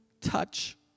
touch